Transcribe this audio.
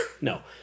No